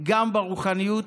גם ברוחניות,